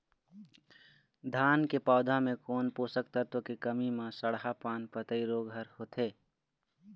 धान के पौधा मे कोन पोषक तत्व के कमी म सड़हा पान पतई रोग हर होथे?